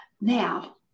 Now